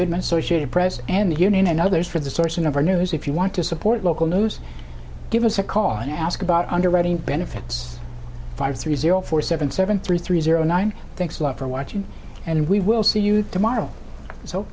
associated press and the union and others for the sourcing of our news if you want to support local news give us a call and ask about underwriting benefits five three zero four seven seven three three zero nine thanks a lot for watching and we will see you tomorrow so